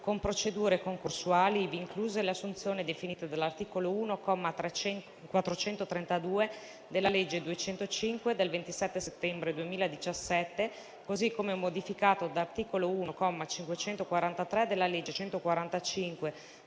con procedure concorsuali, ivi incluse le assunzioni definite dall'art.1 comma 432 della legge 205 del 27 dicembre 2017 così come modificato da art. 1 comma 543 della legge 145